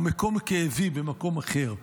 או: מקום כאבי במקום אחר.